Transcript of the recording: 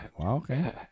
okay